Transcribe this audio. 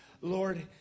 Lord